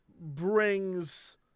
brings